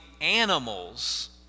animals